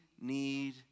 need